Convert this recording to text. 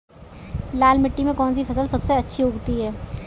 लाल मिट्टी में कौन सी फसल सबसे अच्छी उगती है?